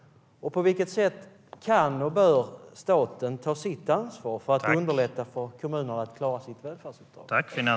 På vilket sätt kan och bör staten ta sitt ansvar för att underlätta för kommunerna att klara sina välfärdsuppdrag?